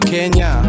Kenya